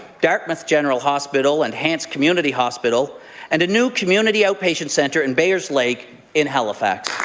dartmouth general hospital and hants community hospital and a new community outpatient centre in bayer's lake in halifax.